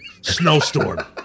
snowstorm